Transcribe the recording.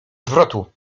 zwrotu